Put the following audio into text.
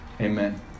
Amen